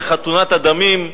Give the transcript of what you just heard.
ב"חתונת הדמים"